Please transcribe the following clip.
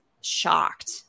shocked